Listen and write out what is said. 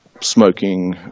smoking